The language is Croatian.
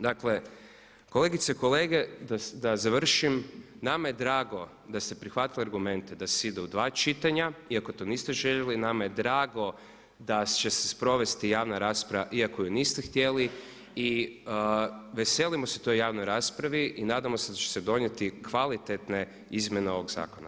Dakle, kolegice i kolege da završim, nama je drago da ste prihvatili argumente da se ide u dva čitanja, iako to niste željeli, nama je drago da će se provesti javna rasprava iako ju niste htjeli i veselimo se toj javnoj raspravi i nadamo se da će se donijeti kvalitetne izmjene ovog zakona.